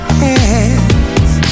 hands